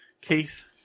Keith